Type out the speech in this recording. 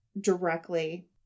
directly